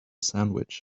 sandwich